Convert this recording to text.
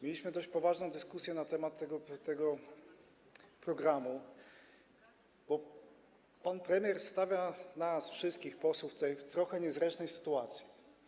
Mieliśmy dość poważną dyskusję na temat tego programu, bo pan premier stawia tutaj nas, wszystkich posłów w trochę niezręcznej sytuacji.